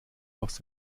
aus